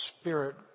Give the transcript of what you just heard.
Spirit